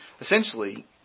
Essentially